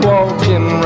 Walking